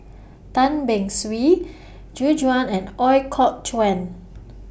Tan Beng Swee Gu Juan and Ooi Kok Chuen